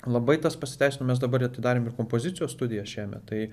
labai tas pasiteisino mes dabar atidarėm ir kompozicijos studiją šiemet tai